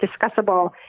discussable